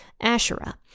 Asherah